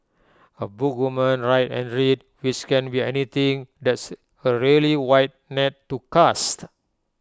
A book woman write and read which can be anything that's A really wide net to cast